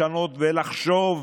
לשנות ולחשוב,